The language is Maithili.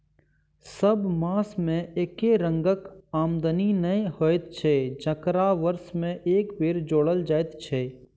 सभ मास मे एके रंगक आमदनी नै होइत छै जकरा वर्ष मे एक बेर जोड़ल जाइत छै